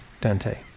Dante